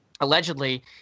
allegedly